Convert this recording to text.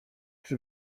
czy